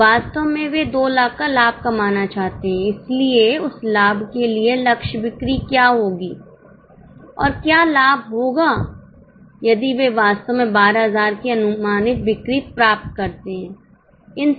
वास्तव में वे 2 लाख का लाभ कमाना चाहते हैं इसलिए उस लाभ के लिए लक्ष्य बिक्री क्या होगी और क्या लाभ होगा यदि वे वास्तव में 12000 की अनुमानित बिक्री प्राप्त करते हैं